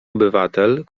obywatel